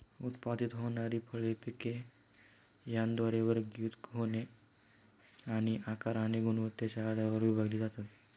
उत्पादित होणारी फळे आणि पिके यंत्राद्वारे वर्गीकृत होते आणि आकार आणि गुणवत्तेच्या आधारावर विभागली जातात